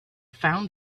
found